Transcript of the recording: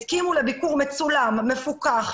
הסכימו לביקור מצולם ומפוקח,